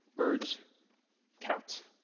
birds cats